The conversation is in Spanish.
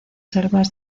selvas